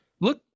Look